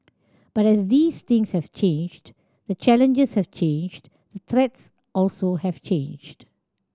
but as these things have changed the challenges have changed the threats also have changed